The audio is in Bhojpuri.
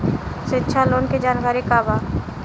शिक्षा लोन के जानकारी का बा?